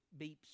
beeps